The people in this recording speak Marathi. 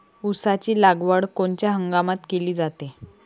ऊसाची लागवड कोनच्या हंगामात केली जाते?